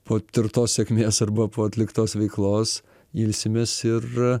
patirtos sėkmės arba po atliktos veiklos ilsimės ir